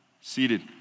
seated